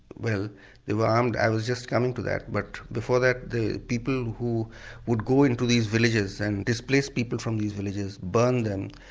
well they were armed, i was just coming to that but before that the people who would go into these villages and displace people from these villages, burn them.